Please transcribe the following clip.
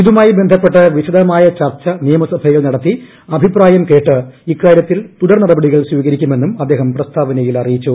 ഇതുമായി ബന്ധപ്പെട്ട് വിശദമായ ചർച്ച നിയമസഭയിൽ നടത്തി അഭിപ്രായം കേട്ട് ഇക്കാര്യത്തിൽ തുടർനടപടികൾ സ്വീകരിക്കുമെന്നും അദ്ദേഹം പ്രസ്താവനയിൽ അറിയിച്ചു